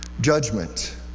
judgment